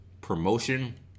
promotion